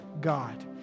God